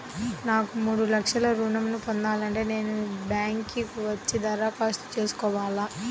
నాకు మూడు లక్షలు ఋణం ను పొందాలంటే నేను బ్యాంక్కి వచ్చి దరఖాస్తు చేసుకోవాలా?